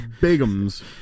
bigums